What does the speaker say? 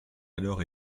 alors